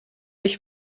ich